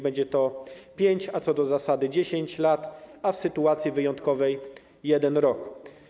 Będzie to 5 lat, a co do zasady 10 lat, natomiast w sytuacji wyjątkowej - 1 rok.